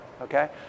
okay